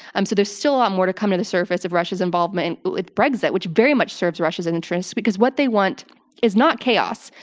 um so there's still a lot more to come to the surface of russia's involvement with brexit, which very much serves russia's interests, because what they want is not chaos.